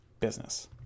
business